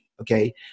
Okay